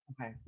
Okay